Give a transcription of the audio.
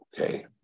Okay